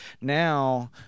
now